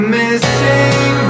missing